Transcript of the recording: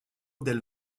del